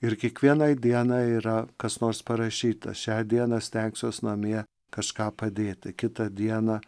ir kiekvienai dienai yra kas nors parašyta šią dieną stengsiuos namie kažką padėti kitą dieną